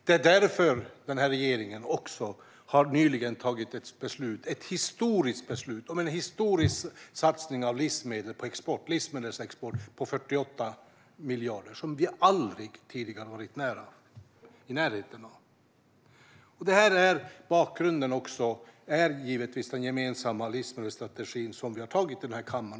Det är också därför som den här regeringen nyligen har fattat ett beslut om en historisk satsning på livsmedelsexport på 48 miljarder. Det har vi aldrig tidigare varit i närheten av. Bakgrunden är givetvis den gemensamma livsmedelsstrategi som vi har antagit i den här kammaren.